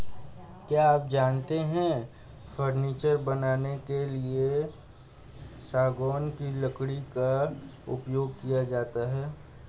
क्या आप जानते है फर्नीचर बनाने के लिए सागौन की लकड़ी का उपयोग किया जाता है